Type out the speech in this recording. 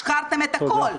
כי השחרתם את הכול,